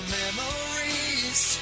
memories